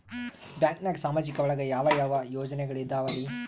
ಬ್ಯಾಂಕ್ನಾಗ ಸಾಮಾಜಿಕ ಒಳಗ ಯಾವ ಯಾವ ಯೋಜನೆಗಳಿದ್ದಾವ್ರಿ?